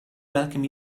welcome